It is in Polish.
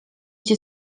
cię